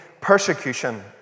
persecution